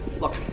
look